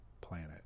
planet